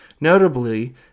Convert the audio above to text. Notably